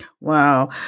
wow